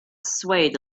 swayed